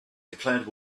declared